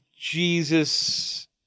jesus